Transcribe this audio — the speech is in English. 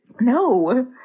No